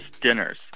dinners